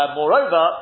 moreover